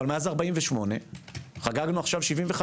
ארבעה בעידוד עלייה אילת,